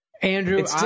Andrew